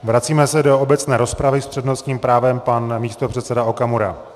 Vracíme se do obecné rozpravy, s přednostním právem pan místopředseda Okamura.